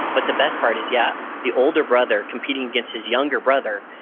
but the best part is yeah, the older brother competing against his younger brother,